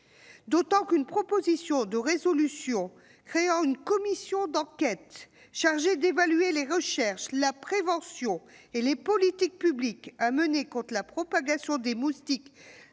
d'autant qu'une proposition de résolution créant une commission d'enquête chargée d'évaluer les recherches, la prévention et les politiques publiques à mener contre la propagation des moustiques